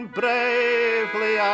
bravely